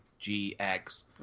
GX